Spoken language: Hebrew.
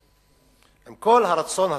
עם כל הרצון הטוב.